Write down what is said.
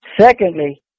Secondly